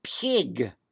pig